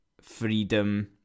freedom